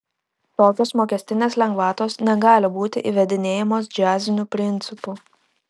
tokios mokestinės lengvatos negali būti įvedinėjamos džiaziniu principu